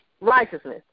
righteousness